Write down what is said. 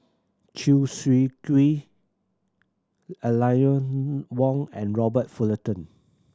Chew Swee Kee Eleanor Wong and Robert Fullerton